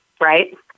right